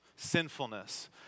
sinfulness